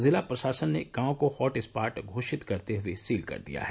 जिला प्रशासन ने गांव को हॉटस्पॉट घोषित करते हुए सील कर दिया है